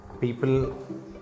people